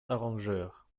arrangeur